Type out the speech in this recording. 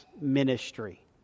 ministry